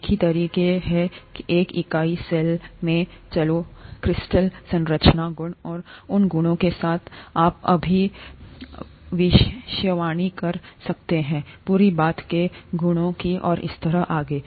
एक ही तरीका है कि एक इकाई सेल में चलो क्रिस्टल संरचना गुण उन गुणों के साथ जो आपभविष्यवाणी कर सकते हैंपूरी बात के गुणों की और इसी तरह आगे